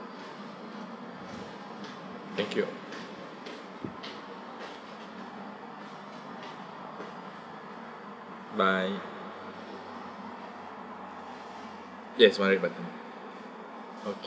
thank you bye yes one hit button oh